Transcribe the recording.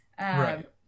right